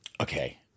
Okay